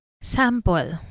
Sample